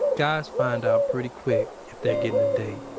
guys find out pretty quick if they're getting a date,